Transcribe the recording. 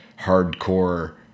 hardcore